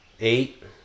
eight